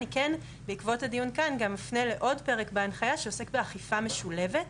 אני כן בעקבות הדיון כאן גם אפנה לעוד פרק בהנחיה שעוסק באכיפה משולבת.